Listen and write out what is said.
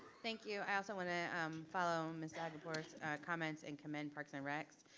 thank you. i also want to um follow miss zagapur's comments and commend parks and recs.